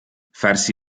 farsi